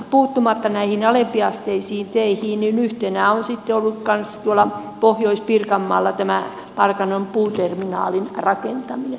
puuttumatta näihin alempiasteisiin teihin yhtenä on sitten ollut kanssa pohjois pirkanmaalla tämä parkanon puuterminaalin rakentaminen